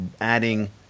adding